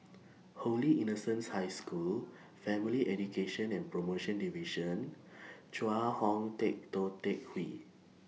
Holy Innocents' High School Family Education and promotion Division Chong Hao Teck Tou Teck Hwee